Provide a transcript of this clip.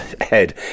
head